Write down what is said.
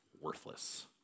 worthless